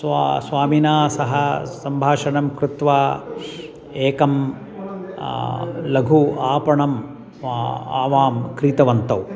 स्वा स्वामिना सह सम्भाषणं कृत्वा एकं लघु आपणं आवां क्रीतवन्तौ